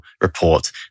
report